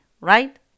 right